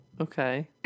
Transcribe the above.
Okay